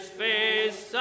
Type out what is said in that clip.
face